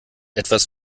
etwas